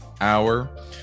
hour